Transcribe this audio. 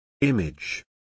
Image